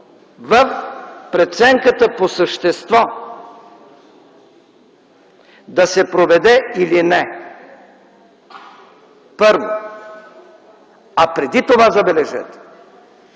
в преценката по същество – да се проведе или не, първо. А преди това забележете: